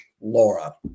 Laura